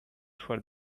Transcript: for